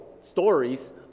stories